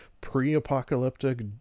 pre-apocalyptic